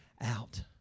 out